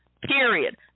period